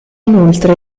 inoltre